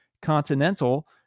Continental